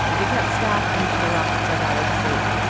they kept stap and the other rocket sled riders safe.